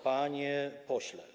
Panie Pośle!